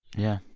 yeah.